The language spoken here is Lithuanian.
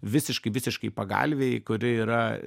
visiškai visiškai pagalvei kuri yra